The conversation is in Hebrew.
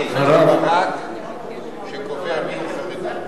פסק-דין שקובע מיהו חרדי.